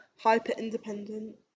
hyper-independent